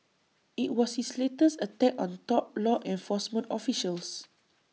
IT was his latest attack on top law enforcement officials